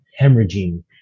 hemorrhaging